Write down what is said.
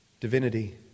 divinity